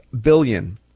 billion